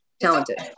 talented